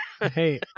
hey